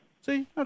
See